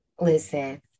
listen